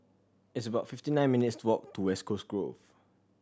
it's about fifty nine minutes' walk to West Coast Grove